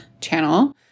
channel